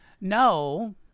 No